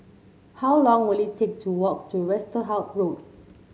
how long will it take to walk to Westerhout Road